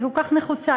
היא כל כך נחוצה.